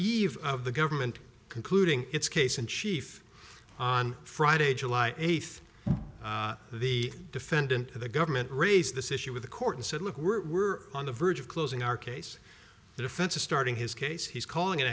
eve of the government concluding its case in chief on friday july eighth the defendant the government raised this issue with the court and said look we're on the verge of closing our case the defense is starting his case he's calling